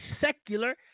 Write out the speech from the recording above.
secular